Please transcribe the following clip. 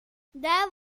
there